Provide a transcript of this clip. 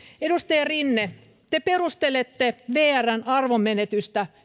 edustaja rinne te perustelette vrn arvonmenetystä